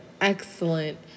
excellent